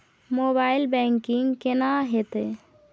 Mobile banking केना हेते?